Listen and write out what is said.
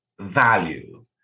Value